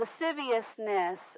Lasciviousness